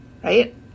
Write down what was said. right